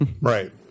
right